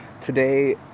Today